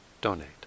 donate